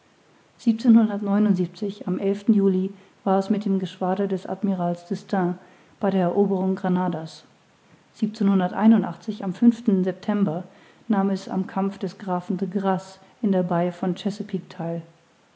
am juli war es mit dem geschwader des admirals d'estaing bei der eroberung granada am september nahm es am kampf des grafen de grasse in der bai von